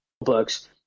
books